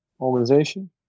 organization